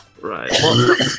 Right